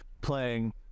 playing